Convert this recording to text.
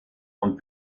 und